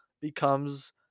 becomes